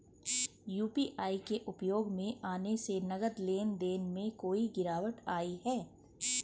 UPI के उपयोग में आने से नगद लेन देन में काफी गिरावट आई हैं